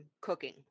cooking